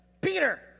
Peter